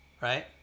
right